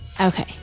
Okay